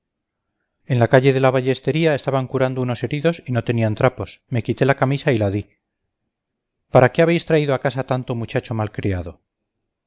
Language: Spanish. en la calle de la ballestería estaban curando unos heridos y no tenían trapos me quité la camisa y la di para qué habéis traído a casa tanto muchacho